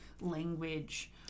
language